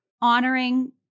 honoring